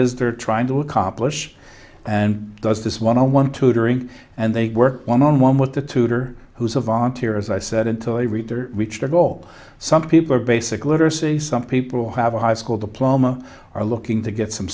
is they're trying to accomplish and does this one on one tutoring and they work one on one with the tutor who's a volunteer as i said until a reader reach their goal some people are basic literacy some people have a high school diploma are looking to get some